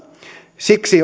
siksi